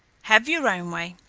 have your own way,